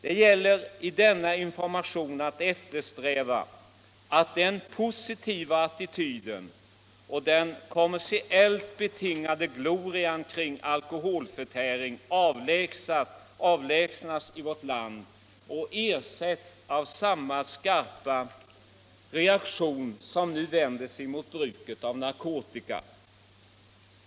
Det gäller att i denna information eftersträva att den positiva attityden och den kommersiellt betingade glorian kring alkoholförtäring avlägsnas i vårt land och ersätts av samma skarpa reaktion som nu vänder sig mot bruket av narkotika.